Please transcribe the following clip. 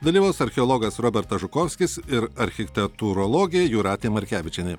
dalyvaus archeologas robertas žukovskis ir architektūrologė jūratė markevičienė